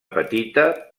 petita